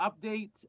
update